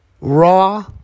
raw